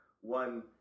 one